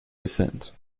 descent